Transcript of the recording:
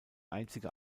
einzige